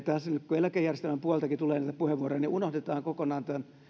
tässä nyt eläkejärjestelmän puoleltakin tulee näitä puheenvuoroja niin unohdetaan kokonaan tämän